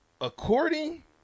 According